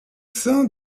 sein